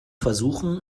versuchen